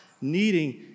needing